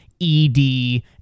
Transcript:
ED